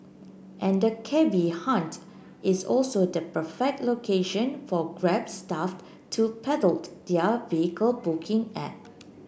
and the cabby haunt is also the perfect location for Grab staff to peddle their vehicle booking app